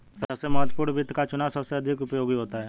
सबसे महत्वपूर्ण वित्त का चुनाव सबसे अधिक उपयोगी होता है